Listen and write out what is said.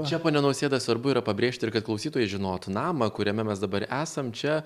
čia pone nausėda svarbu yra pabrėžti ir kad klausytojai žinotų namą kuriame mes dabar esam čia